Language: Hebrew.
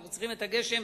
אנחנו צריכים גשם,